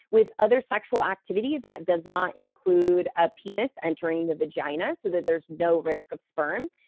with other sexual activity that does not include a penis entering the vagina, so that there's no risk of sperm.